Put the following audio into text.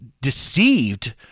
deceived